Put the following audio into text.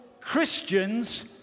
Christians